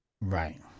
Right